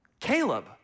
Caleb